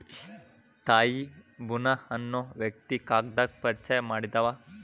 ತ್ಸಾಯಿ ಬುನಾ ಅನ್ನು ವ್ಯಕ್ತಿ ಕಾಗದಾನ ಪರಿಚಯಾ ಮಾಡಿದಾವ